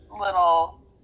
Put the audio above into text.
little